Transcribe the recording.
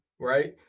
right